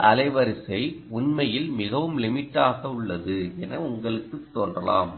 இந்த அலைவரிசை உண்மையில் மிகவும் லிமிட்டடாக உள்ளது என உங்களுக்கு தோன்றலாம்